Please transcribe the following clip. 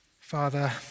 Father